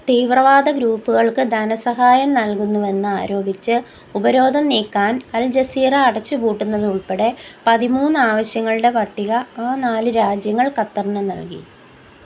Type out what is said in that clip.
തീവ്രവാദ ഗ്രൂപ്പുകൾക്ക് ധനസഹായം നൽകുന്നുവെന്ന് ആരോപിച്ച് ഉപരോധം നീക്കാൻ അൽ ജസീറ അടച്ചുപൂട്ടുന്നത് ഉൾപ്പെടെ പതിമൂന്ന് ആവശ്യങ്ങളുടെ പട്ടിക ആ നാല് രാജ്യങ്ങൾ ഖത്തറിന് നൽകി